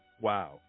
wow